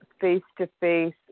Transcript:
face-to-face